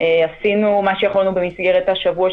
עשינו מה שיכולנו במסגרת השבוע,